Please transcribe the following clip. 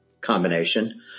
combination